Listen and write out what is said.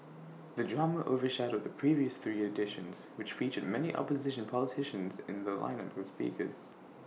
the drama overshadowed the previous three editions which featured many opposition politicians in their lineup of speakers